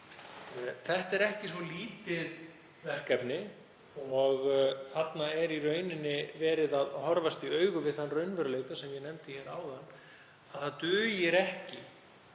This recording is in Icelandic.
Það er ekki svo lítið verkefni og þar er í rauninni verið að horfast í augu við þann raunveruleika sem ég nefndi hér áðan, að það dugir ekki